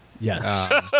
yes